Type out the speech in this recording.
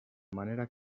manera